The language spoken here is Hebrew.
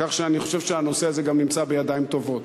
כך שאני חושב שהנושא הזה גם נמצא בידיים טובות.